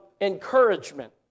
encouragement